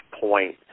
point